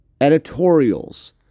editorials